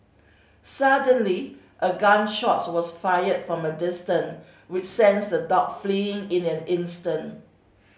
suddenly a gun shot was fired from a distant which sends the dog fleeing in an instant